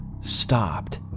stopped